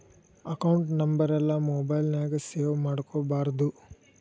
account ನಂಬರೆಲ್ಲಾ mobile ನ್ಯಾಗ save ಮಾಡ್ಕೊಬಾರ್ದು